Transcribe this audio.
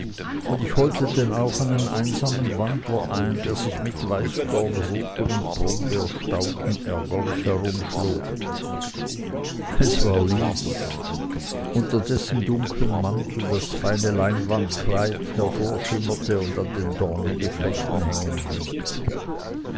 und ich holte denn auch einen einsamen wandler ein der sich mit weißdornruten und brombeerstauden ärgerlich herumschlug es war lys unter dessen dunklem mantel das feine leinwandkleid hervorschimmerte und an den dorngeflechten hängenblieb